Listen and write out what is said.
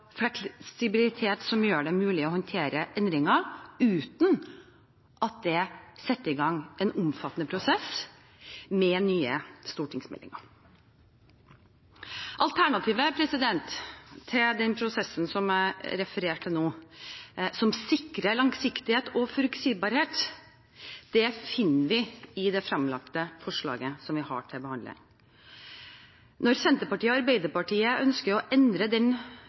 fleksibilitet som gjør det mulig å håndtere endringer uten at det setter i gang en omfattende prosess med nye stortingsmeldinger. Alternativet til den prosessen jeg refererte til nå, som sikrer langsiktighet og forutsigbarhet, finner vi i det fremlagte forslaget vi har til behandling. Når Senterpartiet og Arbeiderpartiet ønsker å endre